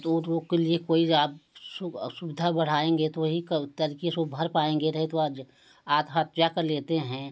तो उन लोग के लिए कोई आप सु सुविधा बढ़ाएँगे तो ही कर कर के सो भर पाएँगे नहीं तो आज आत्महत्या कर लेते हैं